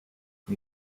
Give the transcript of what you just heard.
and